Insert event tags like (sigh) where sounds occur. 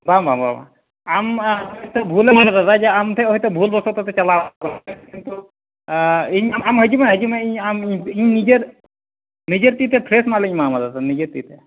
ᱵᱟᱝ ᱵᱟᱝ ᱵᱟᱝ ᱟᱢ (unintelligible) ᱵᱷᱩᱞᱮᱢ ᱟᱠᱟᱫᱟ ᱫᱟᱫᱟ ᱟᱢ ᱴᱷᱮᱱ ᱦᱳᱭᱛᱚ ᱵᱷᱩᱞ ᱵᱚᱥᱚᱛᱮ ᱪᱟᱞᱟᱣ (unintelligible) ᱠᱤᱱᱛᱩ ᱤᱧ ᱟᱢ ᱦᱤᱡᱩᱜ ᱢᱮ ᱦᱤᱡᱩᱜ ᱤᱧ ᱟᱢ ᱤᱧ ᱱᱤᱡᱮᱨ ᱱᱤᱡᱮᱨ ᱛᱤ ᱛᱮ ᱯᱷᱨᱮᱹᱥ ᱢᱟᱞᱤᱧ ᱮᱢᱟᱣᱟᱢᱟ ᱫᱟᱫᱟ ᱱᱤᱡᱮᱨ ᱛᱤᱛᱮ